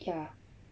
ya